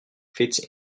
fits